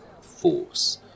force